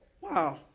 Wow